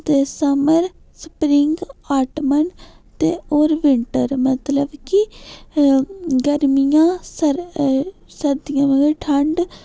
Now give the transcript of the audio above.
ते summer spring autumn ते होर विन्टर मतलब कि गर्मियां सर सर्दियां मतलब ठंड